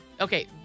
Okay